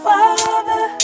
Father